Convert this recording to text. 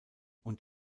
und